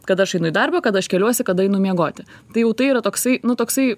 kada aš einu į darbą kada aš keliuosi kada einu miegoti tai jau yra toksai nu toksai